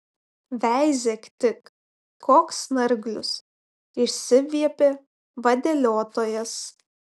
veizėk tik koks snarglius išsiviepė vadeliotojas